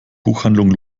buchhandlung